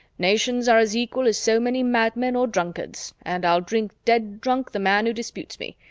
nations are as equal as so many madmen or drunkards, and i'll drink dead drunk the man who disputes me.